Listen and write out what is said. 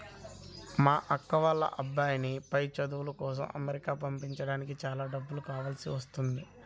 మా అక్క వాళ్ళ అబ్బాయిని పై చదువుల కోసం అమెరికా పంపించడానికి చాలా డబ్బులు కావాల్సి వస్తున్నది